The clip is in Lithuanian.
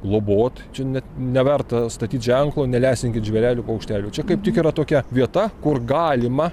globot čia net neverta statyt ženklo nelesinkit žvėrelių paukštelių čia kaip tik yra tokia vieta kur galima